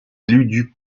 élu